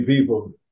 people